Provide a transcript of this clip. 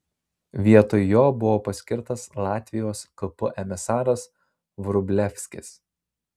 vietoj jo buvo paskirtas latvijos kp emisaras vrublevskis